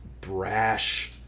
brash